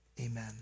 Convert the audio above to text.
Amen